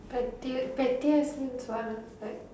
pettiest pettiest means what like